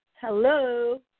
hello